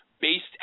based